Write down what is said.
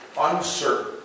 uncertain